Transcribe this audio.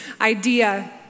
idea